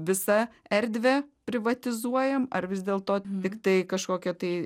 visą erdvę privatizuojam ar vis dėlto tiktai kažkokią tai